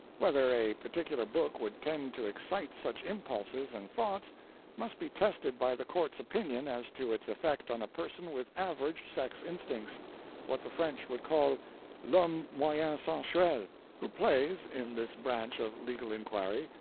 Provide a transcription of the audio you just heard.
whether a particular book would tend to excite such impulses and thoughts must be tested by the court's opinion as to its effect on a person with average sex instincts what the french would call l'homme moyen sensuel' who plays, in this branch of legal inquiry,